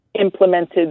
implemented